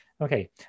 Okay